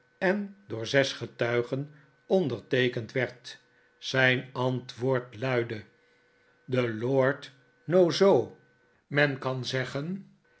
en door zes getuigen onderteekend werd zijn antwoord luidde the lord no zo o man kan zeggen